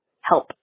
Help